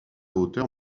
hauteur